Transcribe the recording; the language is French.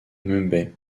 mumbai